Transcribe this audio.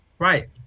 Right